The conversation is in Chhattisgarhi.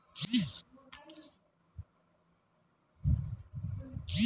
भारत के ऋण के ठन प्रकार होथे?